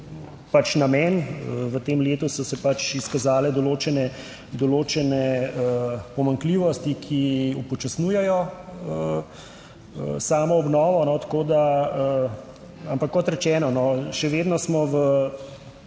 pač namen. V tem letu so se pač izkazale določene, določene pomanjkljivosti, ki upočasnjujejo samo obnovo tako da, ampak kot rečeno, še vedno smo v